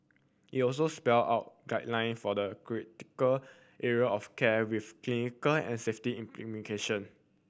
it also spelled out guideline for the critical area of care with clinical and safety in implication